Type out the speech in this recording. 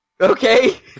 Okay